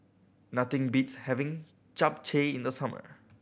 nothing beats having Japchae in the summer